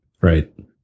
Right